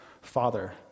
Father